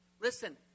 Listen